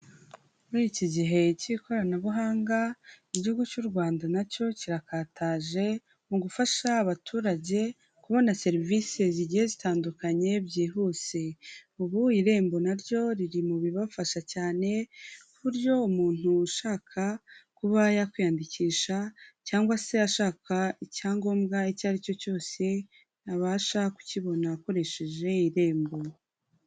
Muri iki gihe cy'ikoranabuhanga igihugu cy'u Rwanda nacyo kirakataje mu gufasha abaturage kubona serivisi zigiye zitandukanye byihuse ubu irembo naryo riri mu bibafasha cyane ku buryo umuntu ushaka kuba yakwiyandikisha cyangwa se ashaka icyangombwa icyo ari cyo cyose abasha kukibona akoresheje irembo.